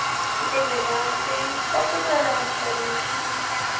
त्यही भएर म चाहिँ सबै कुरालाई महत्त्व दिन्छु